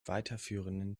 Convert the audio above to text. weiterführenden